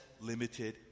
limited